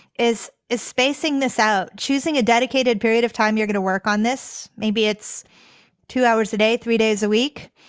is, is spacing this out. choosing a dedicated period of time. you're going to work on this. maybe it's two hours a day, three days a week,